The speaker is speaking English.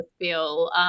feel